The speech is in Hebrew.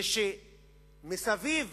ושמסביב